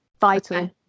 vital